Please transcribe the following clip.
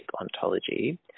ontology